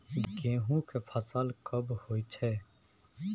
गेहूं के फसल कब होय छै?